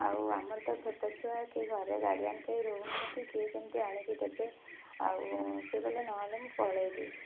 ଆଉ ଆମର ତ ଛୋଟ ଛୁଆ କିଏ ଘରେ ଗାର୍ଡ଼ିଅନ୍ କେହି ରହୁନାହାଁନ୍ତି କିଏ କେମିତି ଆଣିକି ଦେବେ ଆଉ ସେ କହିଲେ ନ ହେଲେ ମୁଁ ପଳାଇବି